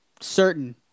certain